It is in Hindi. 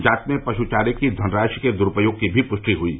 जांच में पशु चारे की धनराशि के दुरूपयोग की भी पुष्टि हुयी